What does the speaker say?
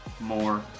more